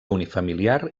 unifamiliar